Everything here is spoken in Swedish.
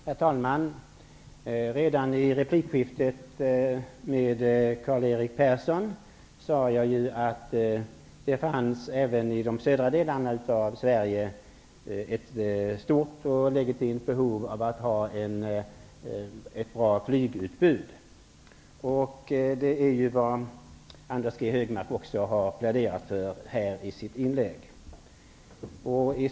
Herr talman! Redan i replikskiftet med Karl-Erik Persson sade jag att det även i de södra delarna av Sverige fanns ett stort och legitimt behov av att ha ett bra flygutbud. Det är ju vad Anders G Högmark har pläderat för i sitt inlägg.